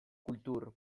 kultur